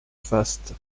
faste